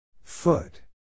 Foot